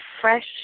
fresh